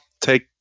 take